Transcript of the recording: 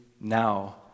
now